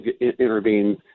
intervene